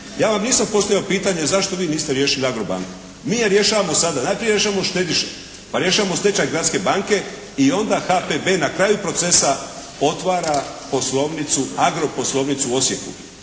Ja vam nisam postavio pitanje, zašto vi niste riješili "Agrobanku"? Mi je rješavamo sada. Najprije rješavamo štediše, pa rješavamo stečaj Gradske banke i onda HPB na kraju procesa otvara poslovnicu, agroposlovnicu u Osijeku.